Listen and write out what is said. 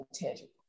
intangible